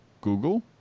Google